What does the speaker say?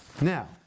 Now